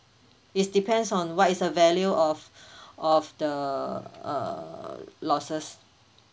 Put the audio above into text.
it's depends on what is the value of of the uh losses